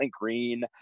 Green